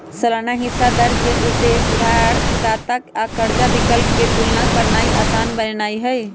सालाना हिस्सा दर के उद्देश्य उधारदाता आ कर्जा विकल्प के तुलना करनाइ असान बनेनाइ हइ